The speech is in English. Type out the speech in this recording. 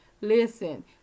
Listen